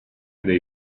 dei